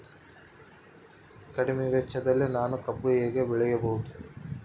ಕಡಿಮೆ ವೆಚ್ಚದಲ್ಲಿ ನಾನು ಕಬ್ಬು ಹೇಗೆ ಬೆಳೆಯಬಹುದು?